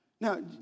Now